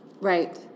Right